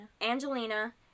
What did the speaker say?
Angelina